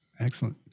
Excellent